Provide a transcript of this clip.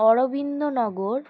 Arabindanagar